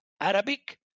Arabic